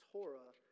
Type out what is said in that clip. Torah